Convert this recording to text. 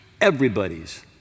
everybody's